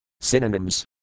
Synonyms